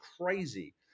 crazy